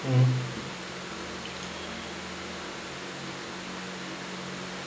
mm